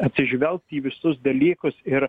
atsižvelgt į visus dalykus ir